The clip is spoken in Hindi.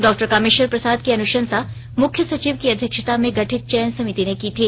डॉ कामेश्वर प्रसाद की अनुशंसा मुख्य सचिव की अध्यक्षता में गठित चयन समिति ने की थी